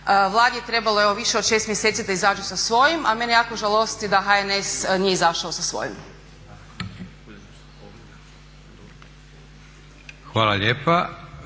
Vladi je trebalo evo više od 6 mjeseci da izađe sa svojim, a mene jako žalosti da HNS nije izašao sa svojim. **Leko,